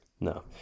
No